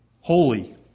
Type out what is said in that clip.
holy